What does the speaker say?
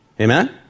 Amen